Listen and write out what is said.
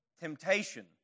temptation